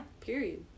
Period